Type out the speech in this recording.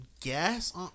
guess